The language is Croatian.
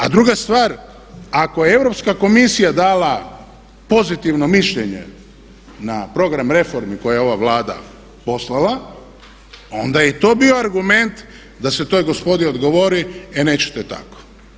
A druga stvar, ako je Europska komisija dala pozitivno mišljenje na program reformi koje je ova Vlada poslala onda je i to bio argument da se toj gospodi odgovori e nećete tako.